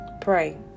pray